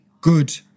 good